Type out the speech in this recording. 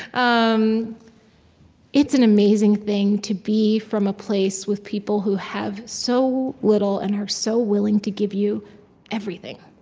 um it's an amazing thing to be from a place with people who have so little and are so willing to give you everything,